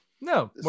No